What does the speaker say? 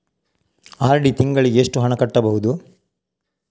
RD ತಿಂಗಳಿಗೆ ಎಷ್ಟು ಹಣ ಕಟ್ಟಬಹುದು?